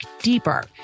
deeper